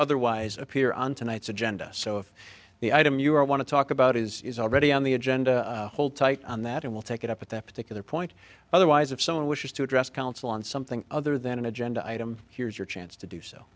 otherwise appear on tonight's agenda so if the item you want to talk about is already on the agenda hold tight on that and we'll take it up at that particular point otherwise if someone wishes to address council on something other than an agenda item here's your chance to do so